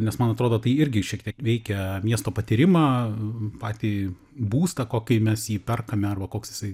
nes man atrodo tai irgi šiek tiek veikia miesto patyrimą patį būstą kokį mes jį perkame arba koks jisai